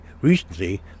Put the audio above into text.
recently